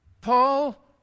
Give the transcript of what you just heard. Paul